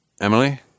Emily